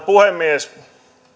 puhemies